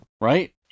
right